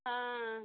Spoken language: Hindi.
हाँ